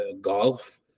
golf